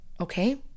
okay